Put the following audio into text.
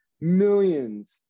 millions